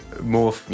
more